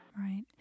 Right